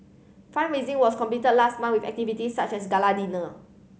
fund raising was completed last month with activities such as gala dinner